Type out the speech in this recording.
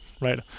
right